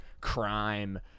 crime